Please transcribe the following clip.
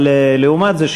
אבל לעומת זה,